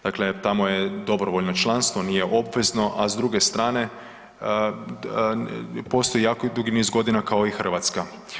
Dakle, tamo je dobrovoljno članstvo, nije obvezno, a s druge strane postoji jako dugi niz godina kao i Hrvatska.